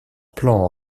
plan